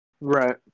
Right